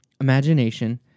imagination